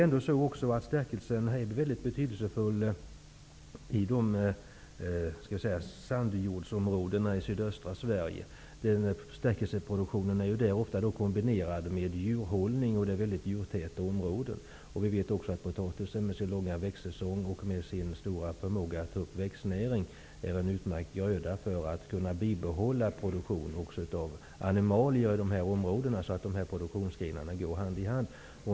Stärkelseproduktionen är mycket betydelsefull i sandjordsområdena i sydöstra Sverige. Stärkelseproduktionen är där ofta kombinerad med djurhållning, och det finns mycket djurtäta områden. Potatisen, med sin långa växtsäsong och med sin stora förmåga att ta upp växtnäring, är en utmärkt gröda för att man skall kunna bibehålla produktion av animalier i dessa områden. De här båda produktionsgrenarna går hand i hand.